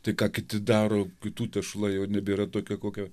tai ką kiti daro kitų tešla jau nebėra tokia kokią